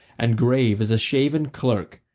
and grave as a shaven clerk,